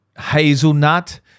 hazelnut